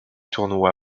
tournoi